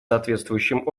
соответствующим